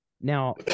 now